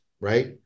Right